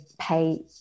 pay